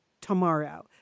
tomorrow